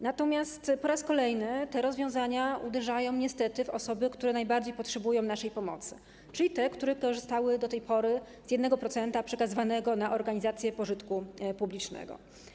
Natomiast po raz kolejny te rozwiązania uderzają niestety w osoby, które najbardziej potrzebują naszej pomocy, czyli te, które korzystały do tej pory z 1% przekazywanego na organizacje pożytku publicznego.